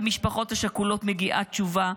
למשפחות השכולות מגיעה תשובה.